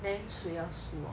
then 谁要输哦